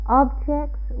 objects